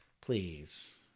please